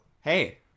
hey